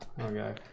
Okay